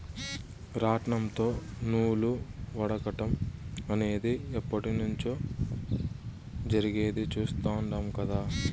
రాట్నంతో నూలు వడకటం అనేది ఎప్పట్నుంచో జరిగేది చుస్తాండం కదా